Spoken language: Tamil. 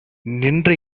நின்ற